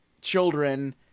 children